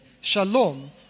shalom